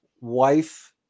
wife